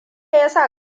yasa